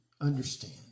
understand